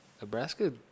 Nebraska